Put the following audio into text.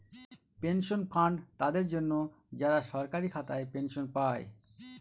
pension fund তাদের জন্য, যারা সরকারি খাতায় পেনশন পায়